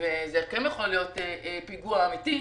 וזה כן יכול להיות פיגוע אמיתי,